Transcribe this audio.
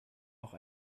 noch